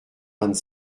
vingt